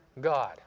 God